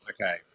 okay